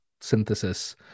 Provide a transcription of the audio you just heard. Synthesis